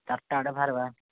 ଚାରିଟା ଆଡ଼େ ବାହାରିବା